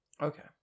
okay